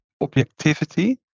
objectivity